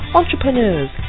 entrepreneurs